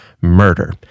murder